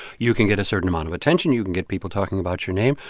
you can get a certain amount of attention. you can get people talking about your name.